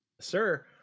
Sir